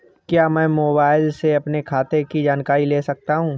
क्या मैं मोबाइल से अपने खाते की जानकारी ले सकता हूँ?